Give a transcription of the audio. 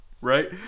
Right